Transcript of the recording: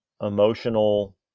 emotional